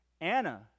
Anna